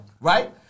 Right